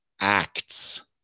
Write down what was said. acts